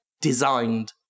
designed